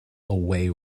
away